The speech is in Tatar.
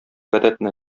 гадәтне